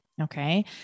Okay